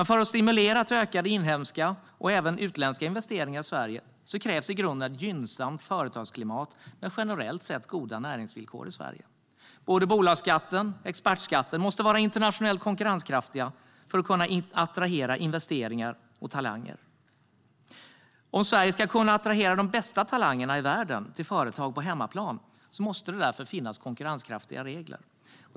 För att stimulera till ökade inhemska och även utländska investeringar i Sverige krävs i grunden ett gynnsamt företagsklimat med generellt sett goda näringsvillkor i Sverige. Både bolagsskatten och expertskatten måste vara internationellt konkurrenskraftiga för att kunna attrahera investeringar och talanger. Om Sverige ska kunna attrahera de bästa talangerna i världen till företag på hemmaplan måste det finns konkurrenskraftiga regler.